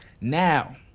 Now